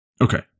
Okay